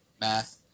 math